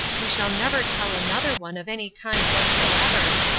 we shall never tell another one of any kind whatsoever,